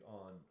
on